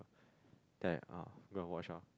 then I oh go and watch lor